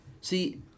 see